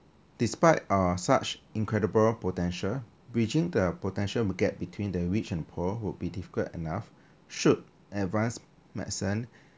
despite uh such incredible potential breaching the potential we get between the rich and poor would be difficult enough should advance medicine